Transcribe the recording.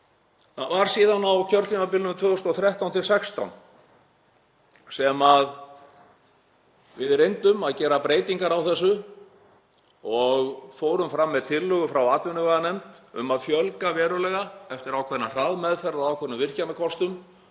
Það var síðan á kjörtímabilinu 2013–2016 sem við reyndum að gera breytingar á þessu og fórum fram með tillögu frá atvinnuveganefnd um að fjölga verulega, eftir ákveðna hraðmeðferð á ákveðnum virkjunarkostum,